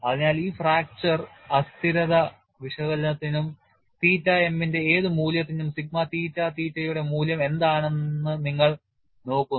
അതിനാൽ ഈ ഫ്രാക്ചർ അസ്ഥിരത വിശകലനത്തിലും തീറ്റ m ഇന്റെ ഏത് മൂല്യത്തിലും സിഗ്മ തീറ്റ തീറ്റയുടെ മൂല്യം എന്താണെന്ന് നിങ്ങൾ നോക്കുന്നു